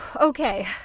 Okay